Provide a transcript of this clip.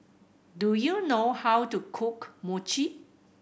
do you know how to cook Mochi